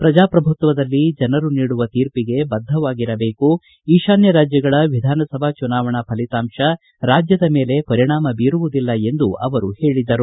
ಪ್ರಜಾಪ್ರಭುತ್ವದಲ್ಲಿ ಜನರು ನೀಡುವ ತೀರ್ಪಿಗೆ ಬದ್ದವಾಗಿರಬೇಕು ಈಶಾನ್ಯ ರಾಜ್ಯಗಳ ವಿಧಾನ ಸಭಾ ಚುನಾವಣಾ ಪಲಿತಾಂಶ ರಾಜ್ಯದ ಮೇಲೆ ಪರಿಣಾಮ ಬೀರುವುದಿಲ್ಲ ಎಂದು ಅವರು ಹೇಳದರು